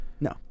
No